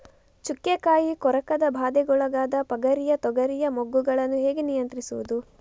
ಚುಕ್ಕೆ ಕಾಯಿ ಕೊರಕದ ಬಾಧೆಗೊಳಗಾದ ಪಗರಿಯ ತೊಗರಿಯ ಮೊಗ್ಗುಗಳನ್ನು ಹೇಗೆ ನಿಯಂತ್ರಿಸುವುದು?